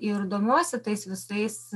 ir domiuosi tais visais